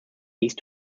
east